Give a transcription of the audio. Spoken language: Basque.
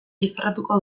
izorratuko